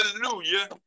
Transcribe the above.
hallelujah